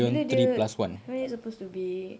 bila dia when is it supposed to be